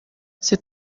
c’est